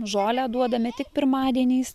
žolę duodame tik pirmadieniais